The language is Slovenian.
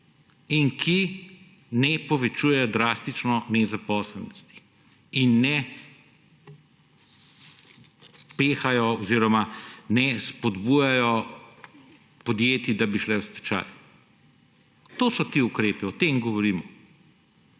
in ki ne povečujejo drastično nezaposlenosti in ne pehajo oziroma ne spodbujajo podjetij, da bi šla v stečaj. To so ti ukrepi, o tem govorimo!